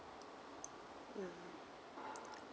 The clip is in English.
mm